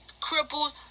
crippled